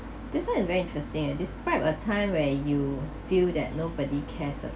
this one is very interesting ah describe a time where you feel that nobody cares